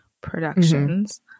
productions